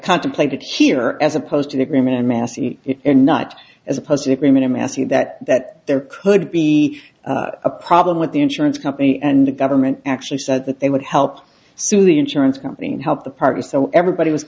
contemplated here as opposed to the agreement and massey if not as opposed to agreement or massey that that there could be a problem with the insurance company and the government actually said that they would help sue the insurance company and help the parties so everybody was